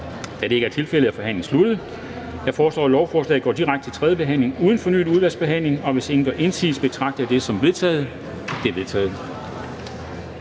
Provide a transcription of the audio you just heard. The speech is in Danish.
Da det ikke er tilfældet, er forhandlingen sluttet. Jeg foreslår, at lovforslaget går direkte til tredje behandling uden fornyet udvalgsbehandling. Hvis ingen gør indsigelse, betragter jeg det som vedtaget. Det er vedtaget.